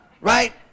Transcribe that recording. Right